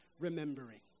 remembering